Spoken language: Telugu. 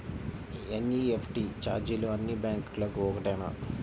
ఎన్.ఈ.ఎఫ్.టీ ఛార్జీలు అన్నీ బ్యాంక్లకూ ఒకటేనా?